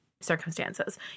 circumstances